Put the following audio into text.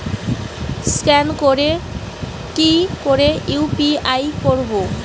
Scan করে কি করে ইউ.পি.আই করবো?